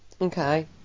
okay